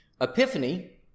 Epiphany